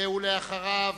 ואחריו,